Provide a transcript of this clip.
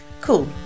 Cool